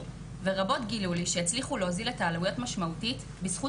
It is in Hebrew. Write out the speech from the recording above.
ורבות גילו לי שהצליחו להוזיל את העלויות משמעותית בזכות